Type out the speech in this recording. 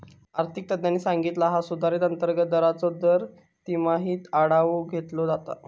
आर्थिक तज्ञांनी सांगितला हा सुधारित अंतर्गत दराचो दर तिमाहीत आढावो घेतलो जाता